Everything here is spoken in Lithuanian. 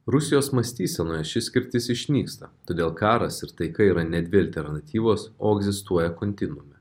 rusijos mąstysenoje ši skirtis išnyksta todėl karas ir taika yra ne dvi alternatyvos o egzistuoja kontinuume